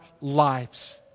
lives